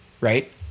right